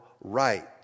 right